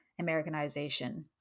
Americanization